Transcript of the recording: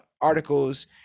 articles